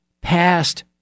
past